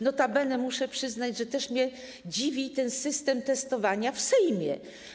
Notabene muszę przyznać, że również mnie dziwi ten system testowania w Sejmie.